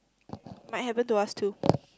might happen to us too